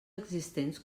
existents